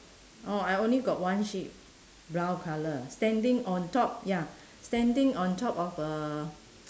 oh I only got one sheep brown colour standing on top ya standing on top of a